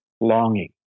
longing